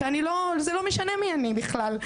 שזה לא משנה מי אני בכלל,